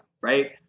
right